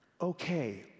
Okay